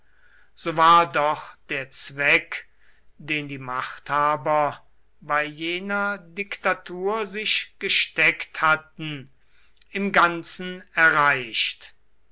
so war doch der zweck den die machthaber bei jener diktatur sich gesteckt hatten im ganzen erreicht